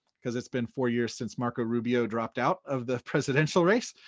because it's been four years since marco rubio dropped out of the presidential race.